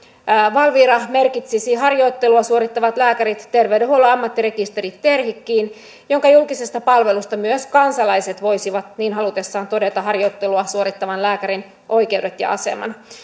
valvira merkitsisi harjoittelua suorittavat lääkärit terveydenhuollon ammattirekisteri terhikkiin jonka julkisesta palvelusta myös kansalaiset voisivat niin halutessaan todeta harjoittelua suorittavan lääkärin oikeudet ja aseman